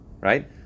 right